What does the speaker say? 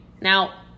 Now